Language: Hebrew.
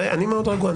אני מאוד רגוע.